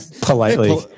Politely